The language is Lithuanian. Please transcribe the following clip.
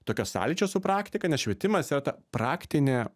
tokio sąlyčio su praktika nes švietimas yra ta praktinė